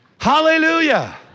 Hallelujah